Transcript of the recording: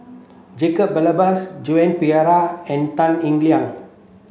Jacob Ballas Joan Pereira and Tan Eng Liang